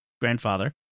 grandfather